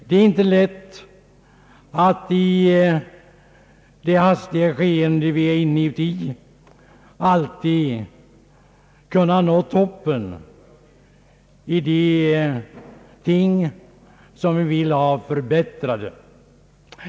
Det är inte lätt att i det hastiga skeende vi är inne i alltid kunna nå toppen i de ting som vi vill ha förbättrade.